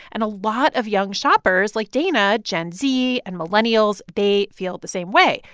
and a lot of young shoppers like dana gen z and millennials they feel the same way.